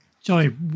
Joey